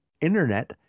internet